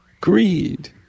greed